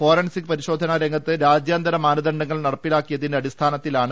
forensic പരിശോധനാ രംഗത്ത് രാജ്യാന്തര മാനദണ്ഡങ്ങൾ നടപ്പിലാക്കിയതിന്റെ അടിസ്ഥാനത്തിലാണ് അംഗീകാരം